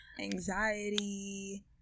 Anxiety